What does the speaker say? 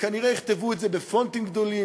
וכנראה יכתבו את זה בפונטים גדולים,